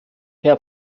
herr